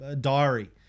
diary